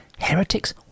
heretics